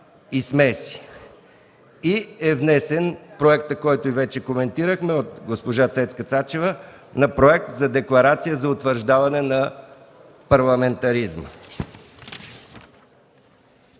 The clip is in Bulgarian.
и смеси. Внесен е проектът, който вече коментирахме, от госпожа Цецка Цачева – Проект за декларация за утвърждаване на парламентаризма.